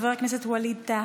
חבר כנסת ווליד טאהא,